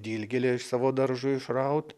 dilgėlę iš savo daržo išraut